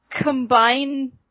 combine